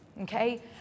okay